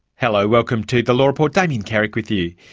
hello, welcome to the law report, damien carrick with you.